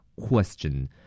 Question